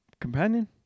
Companion